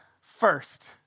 first